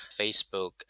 Facebook